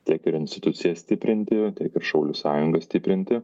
tiek ir institucijas stiprinti ir šaulių sąjungą stiprinti